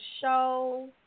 show